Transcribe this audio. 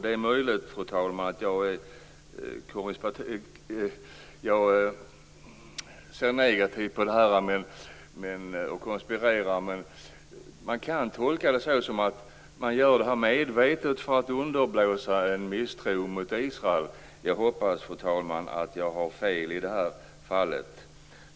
Det är möjligt, fru talman, att jag ser negativt på det här och konspirerar, men det kan tolkas så att man gör det här medvetet för att underblåsa en misstro mot Israel. Jag hoppas, fru talman, att jag har fel i det här fallet.